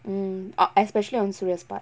mm uh especially on soorya's part